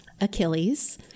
Achilles